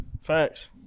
facts